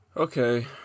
Okay